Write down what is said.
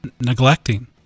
neglecting